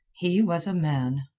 he was a man.